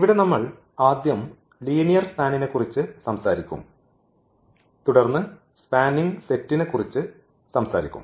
ഇവിടെ നമ്മൾ ആദ്യം ലീനിയർ സ്പാനിനെക്കുറിച്ച് സംസാരിക്കും തുടർന്ന് സ്പാനിംഗ് സെറ്റിനെക്കുറിച്ച് സംസാരിക്കും